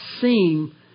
seem